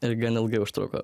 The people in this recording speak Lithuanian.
ir gan ilgai užtruko